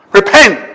repent